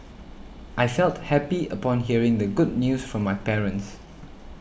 I felt happy upon hearing the good news from my parents